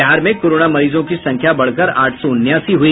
बिहार में कोरोना मरीजों की संख्या बढ़कर आठ सौ उनासी हुई